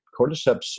Cordyceps